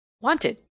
Wanted